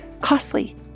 costly